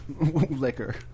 liquor